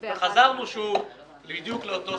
ושוב חזרנו לאותו סיפור.